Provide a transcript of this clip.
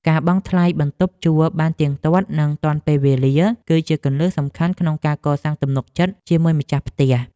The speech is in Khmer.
ការបង់ថ្លៃបន្ទប់ជួលបានទៀងទាត់និងទាន់ពេលវេលាគឺជាគន្លឹះសំខាន់ក្នុងការកសាងទំនុកចិត្តជាមួយម្ចាស់ផ្ទះ។